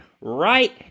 right